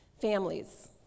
families